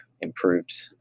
improved